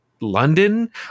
London